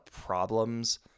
problems